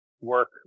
work